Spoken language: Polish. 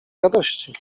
radości